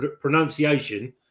pronunciation